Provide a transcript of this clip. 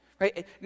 Right